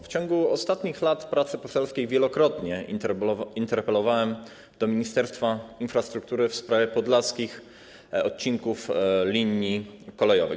W ciągu ostatnich lat pracy poselskiej wielokrotnie interpelowałem do Ministerstwa Infrastruktury w sprawie podlaskich odcinków linii kolejowych.